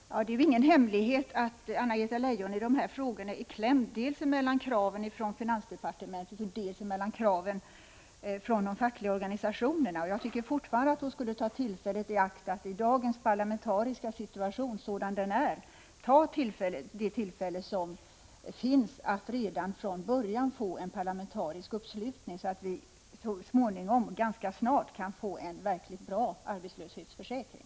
Herr talman! Det är ju ingen hemlighet att Anna-Greta Leijon i dessa frågor är klämd mellan kraven från finansdepartementet å ena sidan och kraven från de fackliga organisationerna å andra sidan. Jag tycker fortfarande att arbetsmarknadsministern borde ta tillfället i akt, med tanke på dagens parlamentariska situation, att redan från början åstadkomma en parlamentarisk uppslutning. Så småningom — kanske ganska snart — kan vi i så fall få en verkligt bra arbetslöshetsförsäkring.